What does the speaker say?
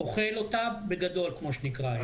"אוכל אותה" בגדול, כמו שנקרא היום.